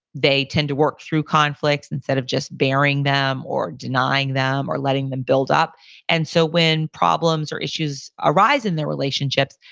they tend to work through conflicts instead of just burying them or denying them or letting them build up and so when problems or issues arise in their relationships,